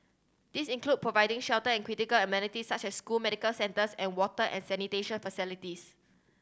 this include providing shelter and critical amenities such as school medical centres and water and sanitation facilities